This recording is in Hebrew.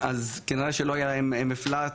אז כנראה שלא יהיה להם מפלט